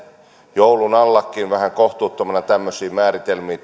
joulun allakin vähän kohtuuttomina tämmöisiä määritelmiä